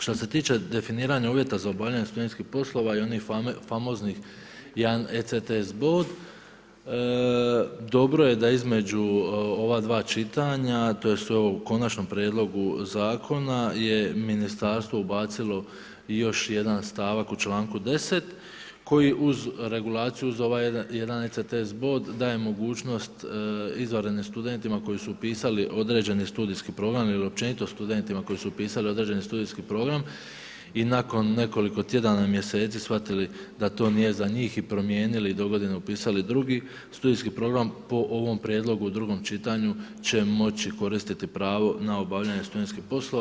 Što se tiče definiranja uvjeta za obavljanje studentskih poslova i onih famoznih 1 ECTS bod, dobro je da između ova dva čitanja tj. u Konačnom prijedlogu zakona je ministarstvo ubacilo i još jedan stavak u članku 10. koji uz regulaciju za ovaj 1 ECTS bod daje mogućnost izvanrednim studentima koji su upisali određeni studijski program ili općenito studentima koji su upisali određeni studijski program i nakon nekoliko tjedana, mjeseci shvatili da to nije za njih i promijenili i dogodine upisali drugi studijski program po ovom prijedlogu u drugom čitanju će moći koristiti pravo na obavljanje studentskih poslova.